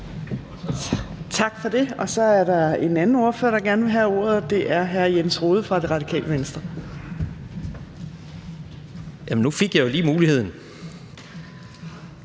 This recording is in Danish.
Tak for det. Så er der en anden ordfører, der gerne vil have ordet, og det er hr. Jens Rohde fra Det Radikale Venstre. Kl. 17:29 (Ordfører) Jens